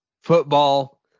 football